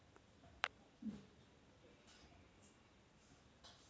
आपण अत्यंत आवश्यकता असल्यास मुदत ठेव खात्यातून, मुदत संपण्यापूर्वी पैसे काढू शकता